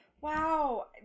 Wow